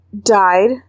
died